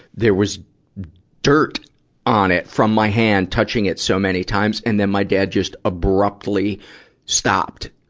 there was dirt on it from my hand touching it so many times. and then my dad just abruptly stopped,